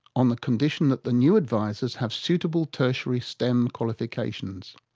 on the condition that the new advisors have suitable tertiary stemm qualifications.